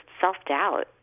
self-doubt